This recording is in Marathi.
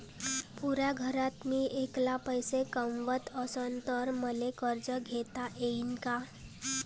पुऱ्या घरात मी ऐकला पैसे कमवत असन तर मले कर्ज घेता येईन का?